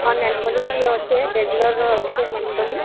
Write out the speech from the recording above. ହଁ ନେଲ୍ପଲିସ୍ ବି ଅଛେ ଡ୍ୟାଜଲର୍ର ଅଛେ ନେଲ୍ପଲିସ୍